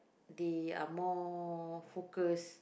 they are more focus